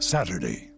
Saturday